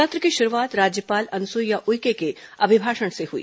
सत्र की शुरूआत राज्यपाल अनुसुईया उइके के अभिभाषण से हुई